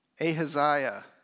Ahaziah